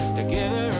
together